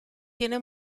tiene